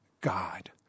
God